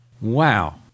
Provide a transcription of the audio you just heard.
Wow